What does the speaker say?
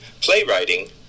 playwriting